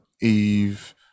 eve